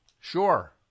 sure